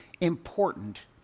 important